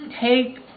take